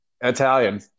Italian